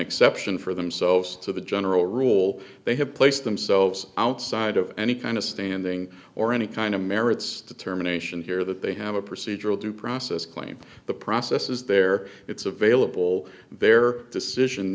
exception for themselves to the general rule they have placed themselves outside of any kind of standing or any kind of merits determination here that they have a procedural due process claim the process is there it's available their decision